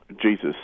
Jesus